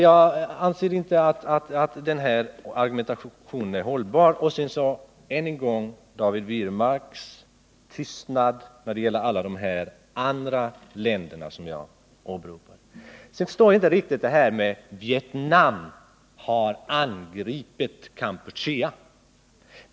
Jag anser därför att den argumentation som anförts inte är hållbar, och jag noterar än en gång David Wirmarks tystnad när det gäller alla de andra länderna som jag talade om. Vidare förstår jag inte riktigt det här med att Vietnam har angripit Kampuchea.